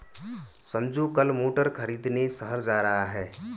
संजू कल मोटर खरीदने शहर जा रहा है